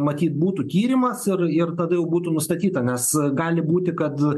matyt būtų tyrimas ir ir tada jau būtų nustatyta nes gali būti kad